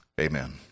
amen